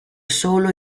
solo